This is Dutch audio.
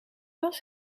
was